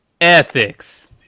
ethics